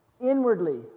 Inwardly